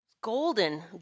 Golden